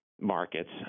markets